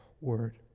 word